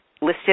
listed